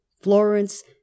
Florence